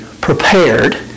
prepared